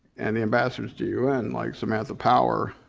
and the ambassadors to un, like samantha power,